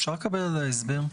אפשר לקבל עליה הסבר?